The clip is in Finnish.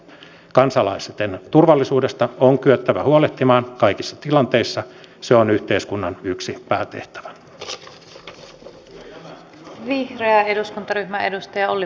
kansalaisten turvallisuudesta on kyettävä huolehtimaan kaikissa tilanteissa se on yhteiskunnan yksi päätehtävä on leiriä vihreä eduskuntaryhmä edustaja oli